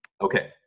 Okay